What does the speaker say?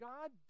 God